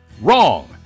Wrong